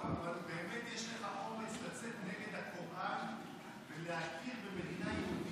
באמת יש לך אומץ לצאת נגד הקוראן ולהכיר במדינה יהודית,